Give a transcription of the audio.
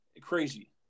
crazy